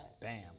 Bam